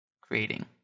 creating